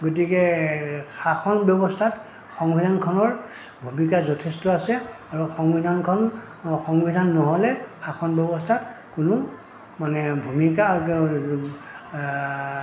গতিকে শাসন ব্যৱস্থাত সংবিধানখনৰ ভূমিকা যথেষ্ট আছে আৰু সংবিধানখন সংবিধান নহ'লে শাসন ব্যৱস্থাত কোনো মানে ভূমিকা